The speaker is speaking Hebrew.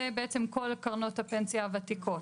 זה בעצם כל קרנות הפנסיה הוותיקות.